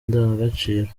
ndangagaciro